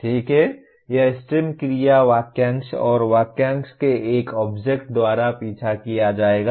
ठीक है यह स्टेम क्रिया वाक्यांश और वाक्यांश के एक ऑब्जेक्ट द्वारा पीछा किया जाएगा